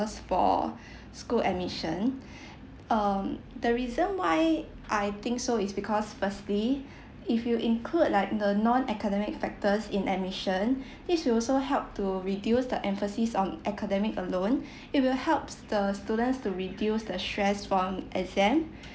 factors for school admission um the reason why I think so is because firstly if you include like the non academic factors in admission this will also help to reduce the emphasis on academic alone it will helps the students to reduce the stress from exam